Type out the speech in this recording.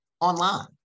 online